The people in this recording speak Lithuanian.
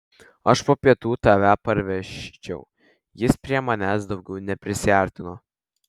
aš po pietų tave parvežčiau jis prie manęs daugiau neprisiartino